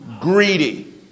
greedy